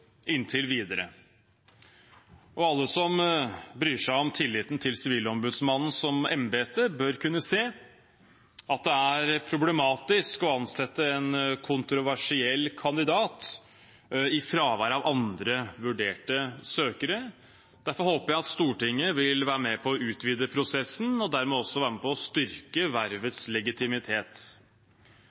inntil videre. Alle som bryr seg om tilliten til Sivilombudsmannen som embete, bør kunne se at det er problematisk å ansette en kontroversiell kandidat i fravær av andre vurderte søkere. Derfor håper jeg at Stortinget vil være med på å utvide prosessen og dermed også være med på å styrke vervets legitimitet.